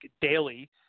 daily